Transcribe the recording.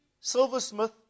silversmith